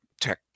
tech